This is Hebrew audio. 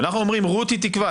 אנחנו אומרים: רותי תקבע.